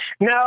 No